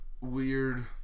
weird